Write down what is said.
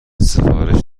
سفارش